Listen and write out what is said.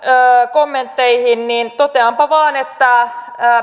kommentteihin niin toteanpa vain että